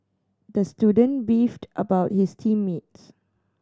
the student beefed about his team mates